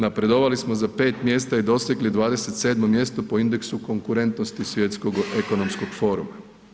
Napredovali smo za pet mjesta i dosegli 27. mjesto po Indeksu konkurentnosti Svjetskog ekonomskog foruma.